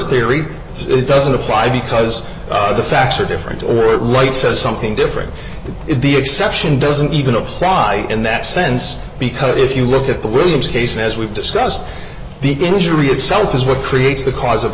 theory it's doesn't apply because the facts are different all right says something different if the exception doesn't even apply in that sense because if you look at the williams case as we've discussed the injury itself is what creates the cause of